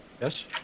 Yes